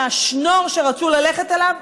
מהשנור שרצו ללכת עליו.